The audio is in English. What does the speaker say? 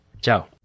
Ciao